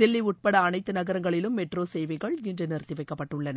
தில்லி உட்பட அனைத்து நகரங்களிலும் மெட்ரோ சேவைகள் இன்று நிறுத்தி வைக்கப்பட்டுள்ளன